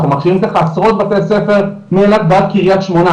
אנחנו מכינים ככה עשרות בתי ספר מאילת ועד קרית שמונה,